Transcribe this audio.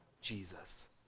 Jesus